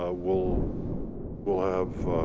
ah we'll we'll have,